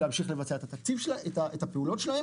להמשיך לבצע את הפעולות שלהן